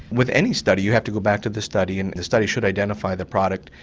with any study, you have to go back to the study and the study should identify the product.